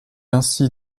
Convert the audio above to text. ainsi